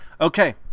Okay